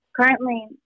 currently